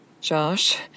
Josh